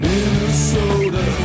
Minnesota